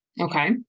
Okay